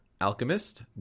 Alchemist